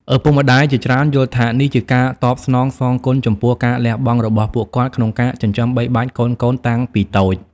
ឪពុកម្ដាយជាច្រើនយល់ថា នេះជាការតបស្នងសងគុណចំពោះការលះបង់របស់ពួកគាត់ក្នុងការចិញ្ចឹមបីបាច់កូនៗតាំងពីតូច។